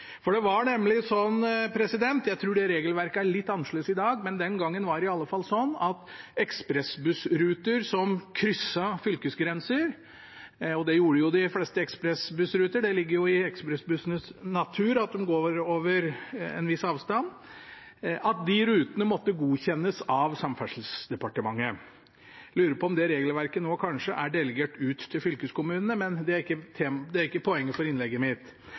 den gangen var det i alle fall sånn at ekspressbussruter som krysset fylkesgrenser – og det gjorde jo de fleste ekspressbussruter, det ligger i ekspressbussenes natur at de går over en viss avstand – måtte godkjennes av Samferdselsdepartementet. Jeg lurer på om det regelverket nå kanskje er delegert ut til fylkeskommunene, men det er ikke poenget for innlegget mitt.